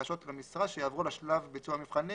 בקשות למשרה שיעברו לשלב ביצוע המבחנים".